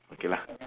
okay lah